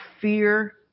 fear